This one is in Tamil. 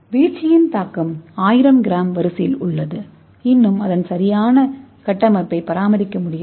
வீழ்ச்சியின் தாக்கம் 1000 கிராம் வரிசையில் உள்ளது இன்னும் அதன் சரியான கட்டமைப்பை பராமரிக்க முடிகிறது